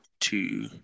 Two